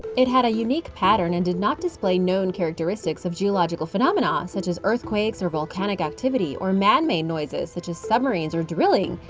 it had a unique pattern and did not display known characteristics of geological phenomena, such as earthquakes or volcanic activity, or man-made noises, such as submarines or drilling,